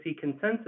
consensus